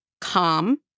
calm